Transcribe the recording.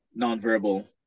nonverbal